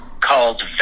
called